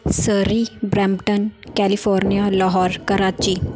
Surrey Brampton California Lahore Karachi